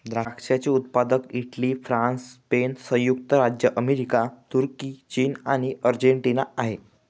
द्राक्षाचे उत्पादक Italy, France, Spain, संयुक्त राज्य अमेरिका, तुर्की, चीन आणि अर्जेंटिना आहे